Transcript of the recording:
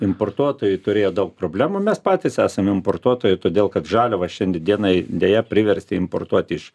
importuotojai turėjo daug problemų mes patys esam importuotojai todėl kad žaliava šiandien dienai deja priversti importuoti iš